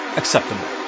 acceptable